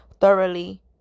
thoroughly